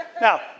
Now